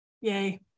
Yay